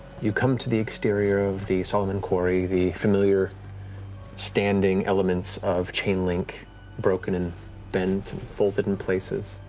you come to the exterior of the solomon quarry, the familiar standing elements of chain link broken and bent and folded in places,